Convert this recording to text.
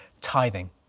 tithing